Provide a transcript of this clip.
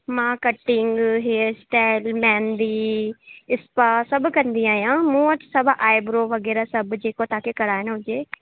मां cutting hair style mehndi spa सभु कंदी आहियां मूं वटि सभु आइब्रो वग़ैरह सभु जेको तव्हांखे कराइणो हुजे